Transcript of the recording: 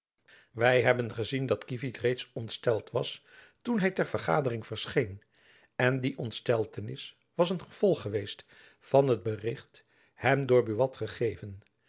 wy hebben gezien dat kievit reeds ontsteld was toen hy ter vergadering verscheen en die ontsteltenis was een gevolg geweest van het bericht hem door buat gegeven